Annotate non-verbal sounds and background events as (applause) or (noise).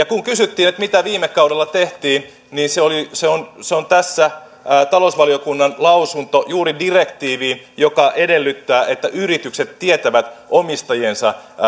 (unintelligible) kun kysyttiin mitä viime kaudella tehtiin niin se on se on tässä talousvaliokunnan lausunto juuri direktiivistä joka edellyttää että yritykset tietävät omistajiensa